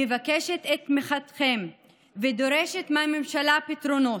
מבקשת את תמיכתכם ודורשת מהממשלה פתרונות.